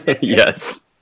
yes